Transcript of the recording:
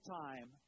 time